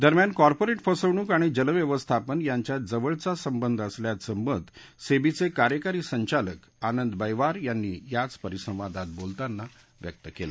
दरम्यान कॉर्पोरेट फसवणूक आणि व्यवस्थापन यांच्यात जवळचा संबंध असल्याचं मत सेबीचे कार्यकारी संचालक आनंद बैवार यांनी याच परिसंवादात बोलताना व्यक्त केलं